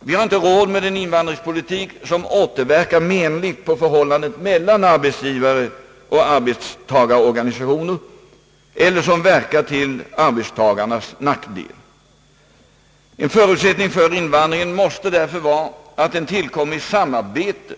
Vi har inte råd med en invandringspolitik som återverkar menligt på förhållandet mellan arbetsgivaroch arbetstagarorganisationer eller som verkar till arbetstagarnas nackdel. En förutsättning för invandringen måste därför vara att den tillkommer i samarbete